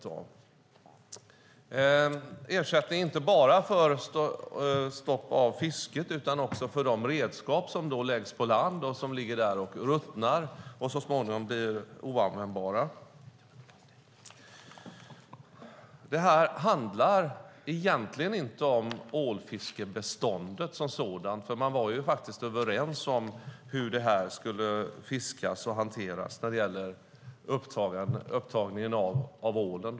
Det handlade inte bara om ersättning för stopp av fisket utan också för de redskap som då läggs på land och ligger där och ruttnar och så småningom blir oanvändbara. Det här handlar egentligen inte om ålfiskebeståndet som sådant, för man var ju överens om hur det skulle fiskas och hanteras när det gäller upptagningen av ålen.